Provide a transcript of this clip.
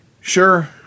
sure